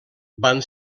van